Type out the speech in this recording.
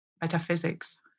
metaphysics